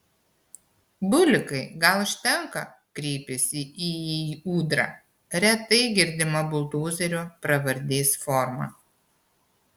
bulikai gal užtenka kreipėsi į jį ūdra retai girdima buldozerio pravardės forma